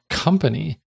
company